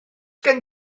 gen